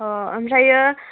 ओ ओमफ्राय